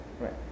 Right